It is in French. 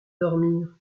dormir